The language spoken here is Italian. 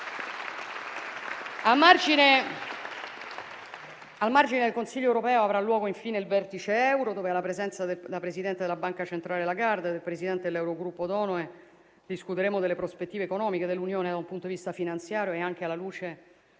A margine del Consiglio europeo avrà luogo, infine, il vertice euro, dove, alla presenza della presidente della Banca centrale Lagarde e del presidente dell'Eurogruppo Donohoe, discuteremo delle prospettive economiche dell'Unione da un punto di vista finanziario e anche alla luce